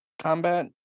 combat